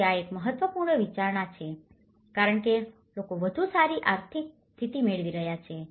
તેથી આ એક મહત્વપૂર્ણ વિચારણા છે કારણ કે લોકો વધુ સારી આર્થિક સ્થિતિ મેળવી રહ્યા છે